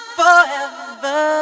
forever